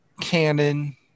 canon